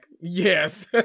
yes